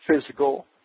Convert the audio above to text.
physical